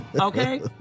okay